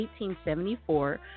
1874